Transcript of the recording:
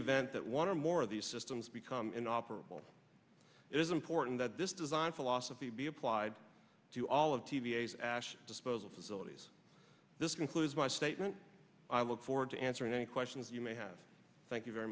event that one or more of these systems become inoperable it is important that this design philosophy be applied to all of t v s ash disposal facilities this concludes my statement i look forward to answering any questions you may have thank you very